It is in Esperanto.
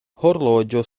horloĝo